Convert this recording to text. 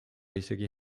isegi